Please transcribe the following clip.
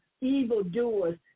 evildoers